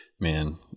Man